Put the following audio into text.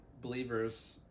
believers